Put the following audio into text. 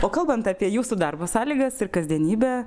o kalbant apie jūsų darbo sąlygas ir kasdienybę